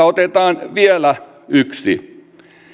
otetaan vielä yksi sitaatti